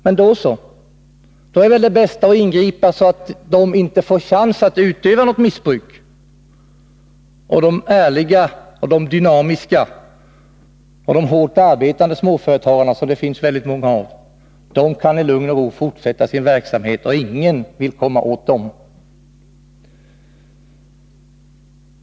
Men då är det väl bäst att ingripa så att de missbrukande inte får chansen till något missbruk, medan de dynamiska och hårt arbetande småföretagarna, som det finns många av, i lugn och ro kan fortsätta sin verksamhet. Ingen vill ju komma åt dem.